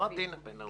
לא הדין הבין-לאומי.